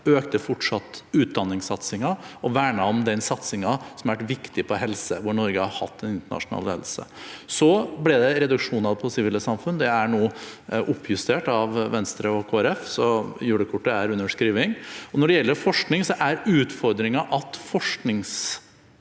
økte fortsatt utdanningssatsingen og vernet om den satsingen som har vært viktig på helse, hvor Norge har hatt en internasjonal ledelse. Så ble det reduksjoner på det sivile samfunn. Det er nå oppjustert av Venstre og Kristelig Folkeparti, så julekortet er under skriving. Når det gjelder forskning, er utfordringen at forskningsbiten